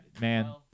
man